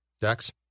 Dex